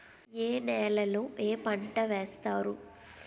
ఏ నేలలో ఏ పంట వేస్తారు?